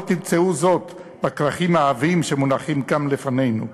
לא תמצאו זאת בכרכים העבים שמונחים כאן לפנינו,